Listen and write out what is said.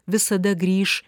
visada grįš